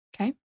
Okay